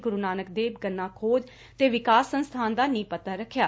ਗੁਰੂ ਨਾਨਕ ਦੇਵ ਗੰਨਾ ਖੋਜ ਤੇ ਵਿਕਾਸ ਸੰਸਬਾਨ ਦਾ ਨੀਹ ਪੱਬਰ ਰੱਖਿਆ